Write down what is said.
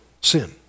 sin